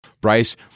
Bryce